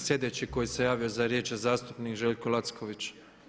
Sljedeći koji se javio za riječ je zastupnik Željko Lacković.